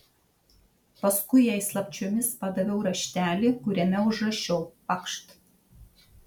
paskui jai slapčiomis padaviau raštelį kuriame užrašiau pakšt